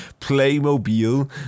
Playmobil